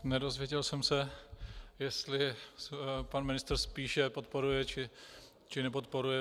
Nedozvěděl jsem se, jestli pan ministr spíše podporuje, či nepodporuje.